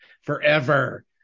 forever